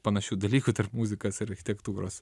panašių dalykų tarp muzikos ir architektūros